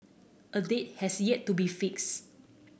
a date has yet to be fixed